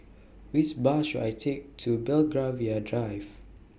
Which Bus should I Take to Belgravia Drive